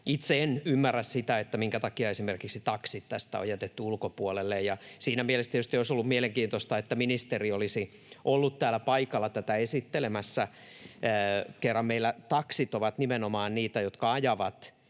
Itse en ymmärrä sitä, minkä takia esimerkiksi taksit tästä on jätetty ulkopuolelle, ja siinä mielessä tietysti olisi ollut mielenkiintoista, että ministeri olisi ollut täällä paikalla tätä esittelemässä, kun kerran meillä taksit ovat nimenomaan niitä, jotka ajavat